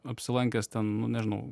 apsilankęs ten nu nežinau